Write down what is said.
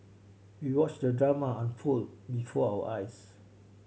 we watched the drama unfold before our eyes